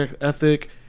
ethic